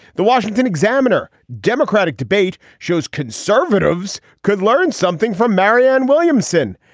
the washington examiner democratic debate shows conservatives could learn something from marianne williamson.